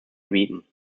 gebieten